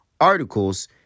articles